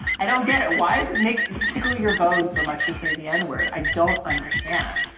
i don't get it. why is it make tickle your bone so much to say the n word? i don't understand.